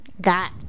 got